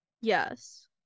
yes